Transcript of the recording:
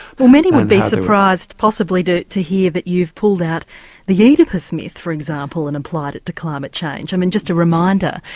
well many would be surprised possibly to to hear that you've pulled out the oedipus myth, for example, and applied it to climate change. i mean just a reminder,